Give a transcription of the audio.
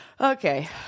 Okay